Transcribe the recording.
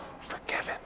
forgiven